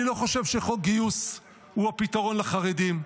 אני לא חושב שחוק גיוס הוא הפתרון לחרדים.